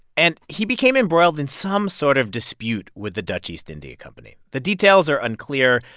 and he became embroiled in some sort of dispute with the dutch east india company. the details are unclear.